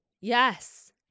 Yes